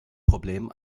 problem